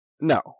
no